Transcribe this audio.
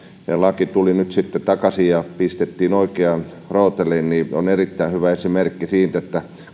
ja laki tuli nyt sitten takaisin ja pistettiin oikeaan rooteliin on erittäin hyvä esimerkki siitä